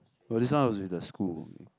but this one was with the school